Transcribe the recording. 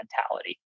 mentality